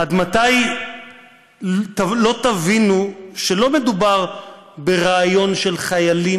עד מתי לא תבינו שלא מדובר ברעיון של חיילים